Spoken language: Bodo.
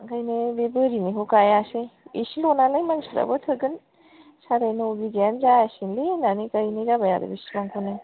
ओंखायनो बे बोरिनिखौ गायासै एसेल' नालाय मानसिफ्राबो थोगोन साराय न बिगायानो जासिगोनलै होननानै गायनाय जाबाय आरो बेसेबांखौनो